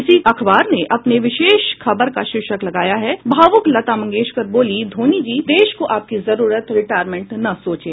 इसी अखबार ने अपने विशेष खबर का शीर्षक लगाया है भावुक लता मंगेशकर बोली धौनी जी देश को आपकी जरूरत रिटायरमेंट न सोचें